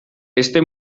heste